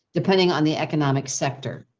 depending on the economic sector.